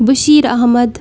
Bashir Ahmad